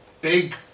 big